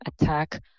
attack